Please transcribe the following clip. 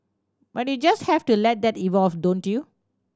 but you just have to let that evolve don't you